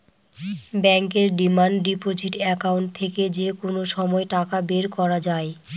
ব্যাঙ্কের demand deposit account থেকে যে কোনো সময় টাকা বের করা যায়